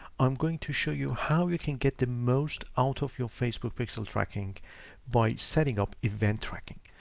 i'm going to show you how you can get the most out of your facebook pixel tracking by setting up event tracking.